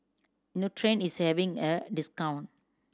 Nutren is having a discount